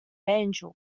angel